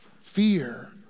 fear